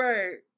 Right